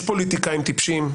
יש פוליטיקאים טיפשים,